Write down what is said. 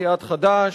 סיעת חד"ש,